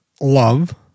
love